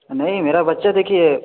नहीं मेरा बच्चा देखिए